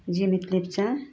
Jenit Lepcha